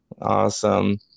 Awesome